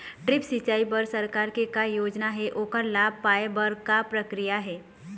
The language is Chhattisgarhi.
ड्रिप सिचाई बर सरकार के का योजना हे ओकर लाभ पाय बर का प्रक्रिया हे?